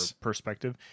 perspective